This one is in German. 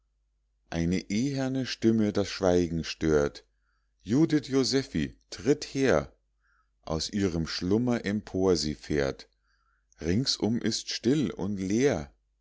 eine eherne stimme das schweigen stört judith josephi tritt her aus ihrem schlummer empor sie fährt ringsum ist's stille und leer